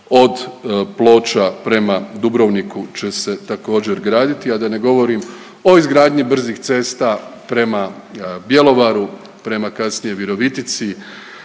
od Ploča prema Dubrovniku će se također graditi, a da ne govorim o izgradnji brzih cesta prema Bjelovaru, prema kasnije Virovitici,